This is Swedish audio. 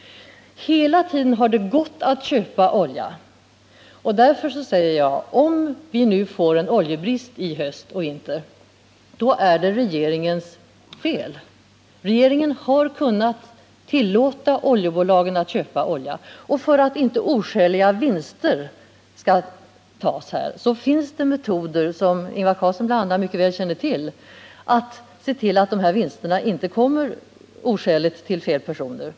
Hela tiden har det emellertid gått att köpa olja, och därför säger jag att om vi får en oljebrist i höst och vinter så är det regeringens fel. Regeringen har kunnat tillåta oljebolagen att köpa olja. Och det finns metoder för att se till att inte oskäliga vinster tas ut, som bl.a. Ingvar Carlsson mycket väl känner till.